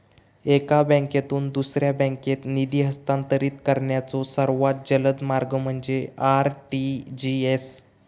एका बँकेतून दुसऱ्या बँकेत निधी हस्तांतरित करण्याचो सर्वात जलद मार्ग म्हणजे आर.टी.जी.एस